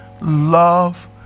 love